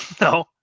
no